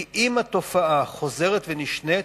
כי אם התופעה חוזרת ונשנית,